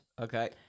Okay